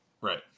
Right